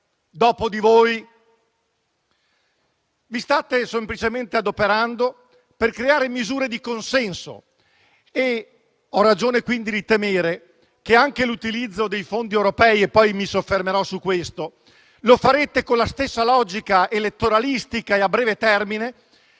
dopo di voi. Vi state semplicemente adoperando per creare misure di consenso e ho ragione, quindi, di temere che anche l'utilizzo dei fondi europei - e poi mi soffermerò su questo - seguirà la stessa logica elettoralistica e a breve termine,